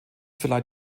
verleiht